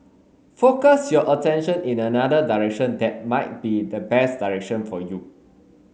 focus your attention in another direction that might be the best direction for you